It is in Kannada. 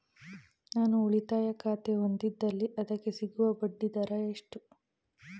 ನಾನು ಉಳಿತಾಯ ಖಾತೆ ಹೊಂದಿದ್ದಲ್ಲಿ ಅದಕ್ಕೆ ಸಿಗುವ ಬಡ್ಡಿ ದರ ಎಷ್ಟು?